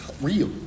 Real